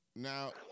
Now